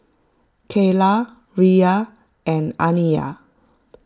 Kaylah Riya and Aniyah